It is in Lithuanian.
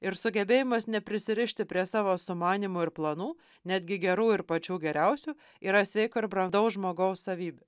ir sugebėjimas neprisirišti prie savo sumanymų ir planų netgi gerų ir pačių geriausių yra sveiko ir brandaus žmogaus savybė